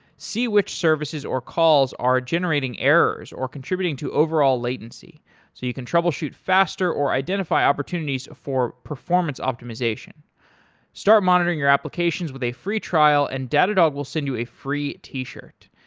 see which services or calls are generating errors or contributing to overall latency, so you can troubleshoot faster or identify opportunities for performance optimization start monitoring your applications with a free trial and datadog will send you a free t-shirt.